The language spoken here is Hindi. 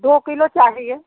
दो किलो चाहिए